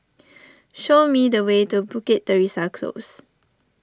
show me the way to Bukit Teresa Close